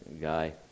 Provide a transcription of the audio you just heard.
guy